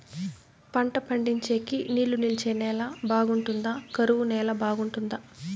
పంట పండించేకి నీళ్లు నిలిచే నేల బాగుంటుందా? కరువు నేల బాగుంటుందా?